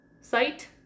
sight